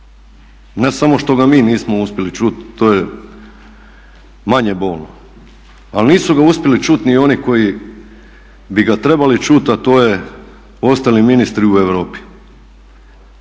Ne samo što ga mi nismo uspjeli čuti, to je manje bolno, ali nisu ga uspjeli čuti ni oni bi ga trebali čuti a to je ostali ministri u Europi.